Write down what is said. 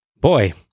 Boy